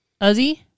uzi